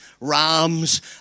rams